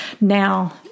now